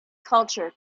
culture